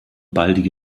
baldige